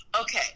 Okay